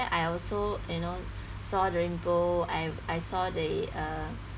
I also you know saw the rainbow I I saw the uh